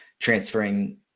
transferring